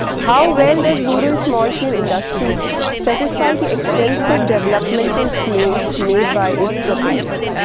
how well does rural small scale industry satisfy the extensive developmental claims made by it is proponents?